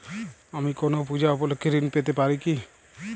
আমি কোনো পূজা উপলক্ষ্যে ঋন পেতে পারি কি?